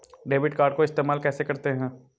Debit card को इस्तेमाल कैसे करते हैं?